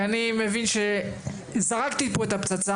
כי אני מבין שזרקתי פה את הפצצה,